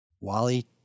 Wally